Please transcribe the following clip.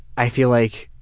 i feel like